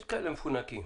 יש כאלה מפונקים.